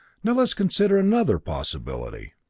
now let us consider another possibility.